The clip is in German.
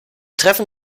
treffen